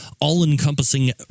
all-encompassing